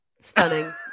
Stunning